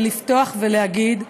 לפתוח ולהגיד,